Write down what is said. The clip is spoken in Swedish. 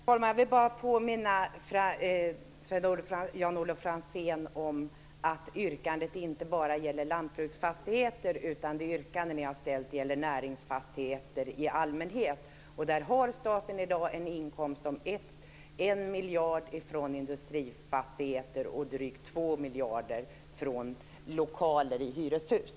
Herr talman! Jag vill påminna Jan-Olof Franzén om att yrkandet inte bara gäller lantbruksfastigheter. Det yrkande ni har ställt gäller näringsfastigheter i allmänhet. Där har staten i dag en inkomst om 1 miljard kronor från industrifastigheter och drygt 2 miljarder kronor från lokaler i hyreshus.